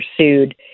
sued